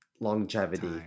longevity